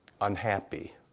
unhappy